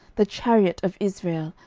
the chariot of israel,